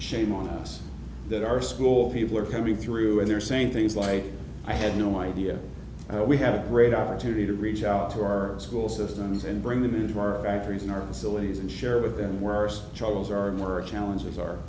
shame on us that our school people are coming through and they're saying things like i had no idea we had a great opportunity to reach out to our school systems and bring them into our factories in our sillies and share with them worse troubles are more challenges are